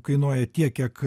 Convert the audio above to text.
kainuoja tiek kiek